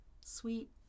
Sweet